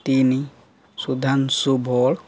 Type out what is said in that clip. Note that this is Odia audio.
ତିନି ସୁଦ୍ଧାଂ ଶୁ ଭୋଳ